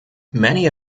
many